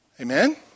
Amen